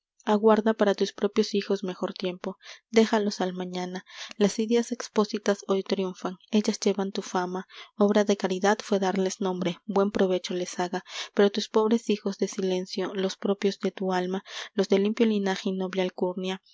aguarda para tus propios hijos mejor tiempo déjalos al mañana las ideas expósitas hoy triunfan ellas llevan tu fama obra de caridad fué darles nombre buen provecho les haga pero tus pobres hijos de silencio los propios de tu alma los de limpio linaje y noble alcurnia